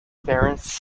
parents